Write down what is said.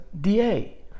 da